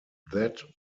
that